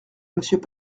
monsieur